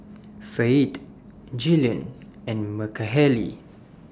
Fayette Jillian and Mahalie